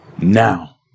Now